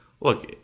look